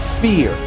fear